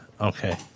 Okay